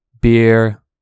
beer